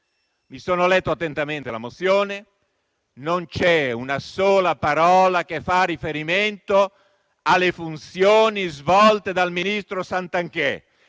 Ho letto attentamente la mozione e non c'è una sola parola che faccia riferimento alle funzioni svolte dal ministro Santanchè.